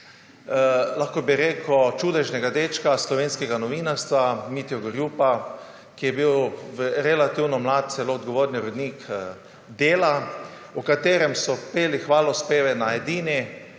Spomnim se čudežnega dečka slovenskega novinarstva Mitjo Gorjupa, ki je bil relativno mlad celo odgovorni urednik Dela, v katerem so peli hvalospeve na edini